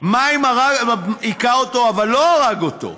מה אם הוא היכה אותו אבל לא הרג אותו?